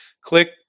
click